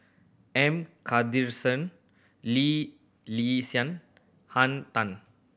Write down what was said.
M Lee Li Sian Henn Tan